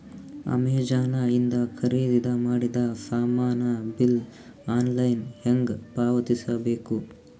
Amazon ಇಂದ ಖರೀದಿದ ಮಾಡಿದ ಸಾಮಾನ ಬಿಲ್ ಆನ್ಲೈನ್ ಹೆಂಗ್ ಪಾವತಿಸ ಬೇಕು?